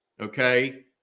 Okay